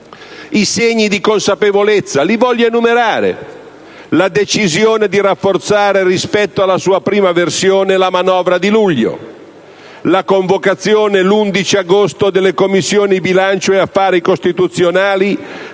I segni di consapevolezza, li voglio enumerare: la decisione di rafforzare, rispetto alla sua prima versione, la manovra di luglio; la convocazione l'11 agosto delle Commissioni bilancio e affari costituzionali